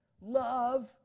love